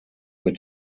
mit